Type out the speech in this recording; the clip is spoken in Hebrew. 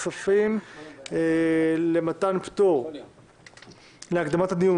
נעבור לבקשתו של יושב-ראש ועדת הכספים למתן פטור להקדמת הדיון